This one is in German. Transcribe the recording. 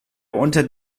unter